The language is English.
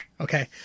Okay